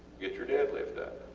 get your deadlift up.